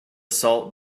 salt